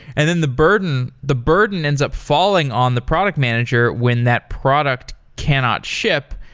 and then, the burden the burden ends up falling on the product manager when that product cannot ship.